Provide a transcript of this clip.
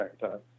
time